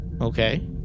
Okay